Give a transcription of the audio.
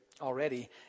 already